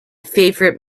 favorite